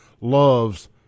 loves